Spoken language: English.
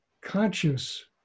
conscious